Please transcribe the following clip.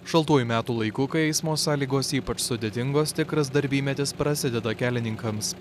šaltuoju metų laiku kai eismo sąlygos ypač sudėtingos tikras darbymetis prasideda kelininkams